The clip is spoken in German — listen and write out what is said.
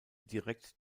direkt